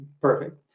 perfect